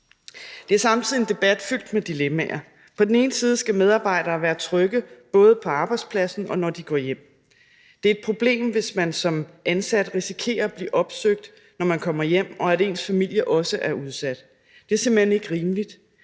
Det er samtidig en debat fyldt med dilemmaer. På den ene side skal medarbejdere være trygge både på arbejdspladsen, og når de går hjem. Det er et problem, hvis man som ansat risikerer at blive opsøgt, når man kommer hjem, og at ens familie også er udsat. Det er simpelt hen ikke rimeligt.